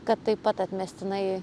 kad taip pat atmestinai